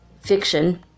fiction